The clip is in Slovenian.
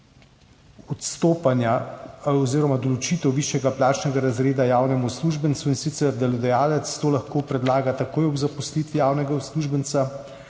določa tudi določitev višjega plačnega razreda javnemu uslužbencu, in sicer delodajalec to lahko predlaga takoj ob zaposlitvi javnega uslužbenca.